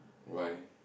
why